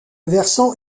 versant